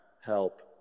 help